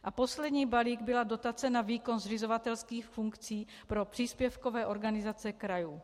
A poslední balík byla dotace na výkon zřizovatelských funkcí pro příspěvkové organizace krajů.